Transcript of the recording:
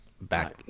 back